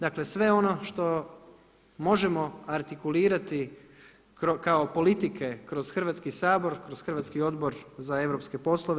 Dakle sve ono što možemo artikulirati kao politike kroz Hrvatski sabor, kroz hrvatski Odbor za europske poslove.